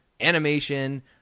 animation